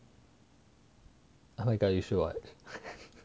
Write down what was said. oh my god you should watch